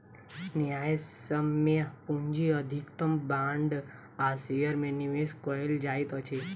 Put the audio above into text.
न्यायसम्य पूंजी अधिकतम बांड आ शेयर में निवेश कयल जाइत अछि